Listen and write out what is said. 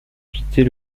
quitter